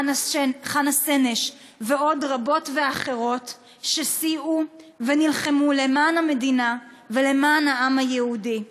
חנה סנש ועוד רבות אחרות שסייעו ונלחמו למען המדינה ולמען העם היהודי?